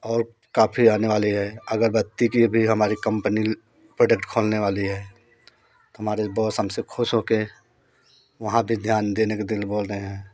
और काफ़ी आने वाली है अगरबत्ती की भी हमारी कंपनी प्रोडक्ट खोलने वाली है तो हमारे बॉस हमसे खुश हो कर वहाँ पर ध्यान देने के लिए बोल रहे हैं